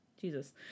Jesus